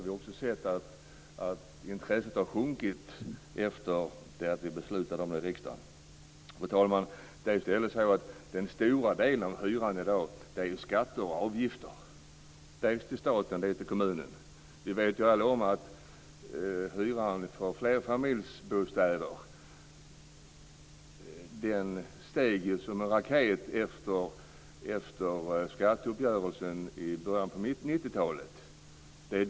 Vi har också sett att intresset har sjunkit efter det att vi beslutade om detta i riksdagen. Fru talman! Det är i stället så att den stora delen av hyran i dag består av skatter och avgifter dels till staten, dels till kommunen. Vi vet alla att hyran för flerfamiljsbostäder steg som en raket efter skatteuppgörelsen i början på 90-talet.